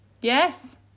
Yes